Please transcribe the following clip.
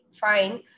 fine